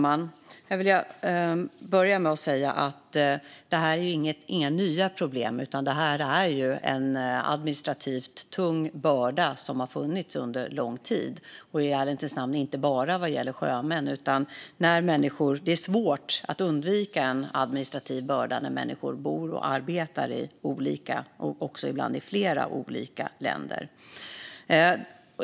Fru talman! Det här är inga nya problem. Det är en tung administrativ börda som har funnits under lång tid och i ärlighetens namn inte bara vad gäller sjömän. Det är svårt att undvika en administrativ börda för människor som bor och arbetar i olika, ibland också i flera olika, länder.